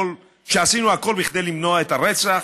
שעשינו הכול כדי למנוע את הרצח?